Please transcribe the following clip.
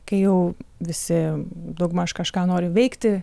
kai jau visi daugmaž kažką nori veikti